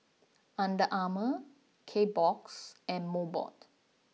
Under Armour Kbox and Mobot